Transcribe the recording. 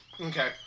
okay